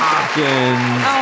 Hopkins